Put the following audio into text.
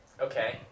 Okay